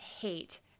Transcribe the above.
hate